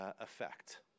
effect